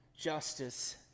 justice